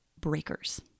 breakers